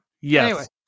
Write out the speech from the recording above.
Yes